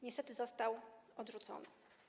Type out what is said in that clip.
Niestety został odrzucony.